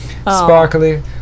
sparkly